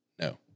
No